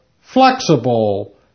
flexible